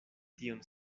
tion